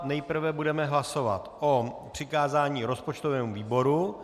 Nejprve budeme hlasovat o přikázání rozpočtovému výboru.